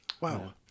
wow